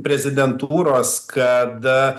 prezidentūros kada